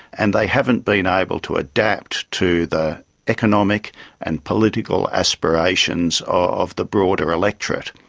and they haven't been able to adapt to the economic and political aspirations of the broader electorate.